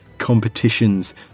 Competitions